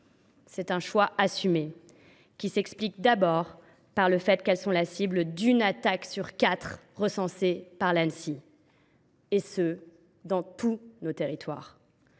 C’est un choix assumé, qui s’explique avant tout par le fait que ces dernières sont la cible d’une attaque sur quatre recensée par l’Anssi, et ce dans tous nos territoires.